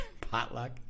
potluck